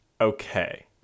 okay